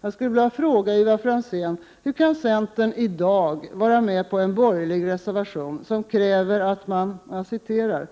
Jag skulle vilja ställa en fråga till Ivar Franzén: Hur kan centern i dag ställa sig bakom en borgerlig reservation i vilken det